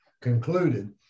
concluded